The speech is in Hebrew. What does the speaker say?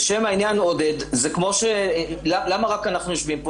לשם העניין, עודד, למה רק אנחנו יושבים פה?